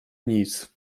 nic